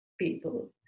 people